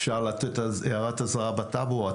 אפשר לתת הערת אזהרה בטאבו.